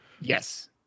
Yes